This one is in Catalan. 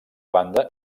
banda